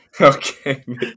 Okay